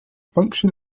function